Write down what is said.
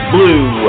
Blue